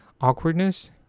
awkwardness